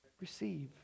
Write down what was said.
receive